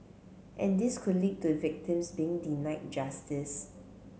and this could lead to victims being denied justice